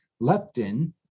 leptin